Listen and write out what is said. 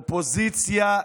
אופוזיציה,